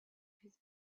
his